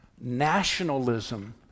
nationalism